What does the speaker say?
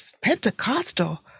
Pentecostal